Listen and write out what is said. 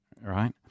right